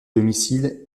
domicile